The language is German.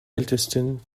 ältesten